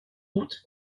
gouttes